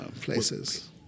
places